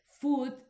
food